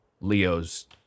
Leo's